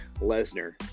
Lesnar